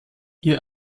ihr